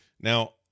Now